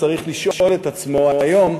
צריך לשאול את עצמו היום,